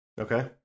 Okay